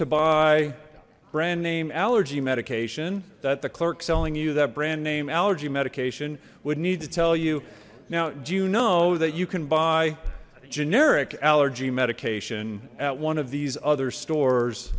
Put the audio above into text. to buy brand name allergy medication that the clerk selling you that brand name allergy medication would need to tell you now do you know that you can buy generic allergy medication at one of these other stores